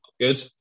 good